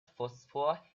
phosphor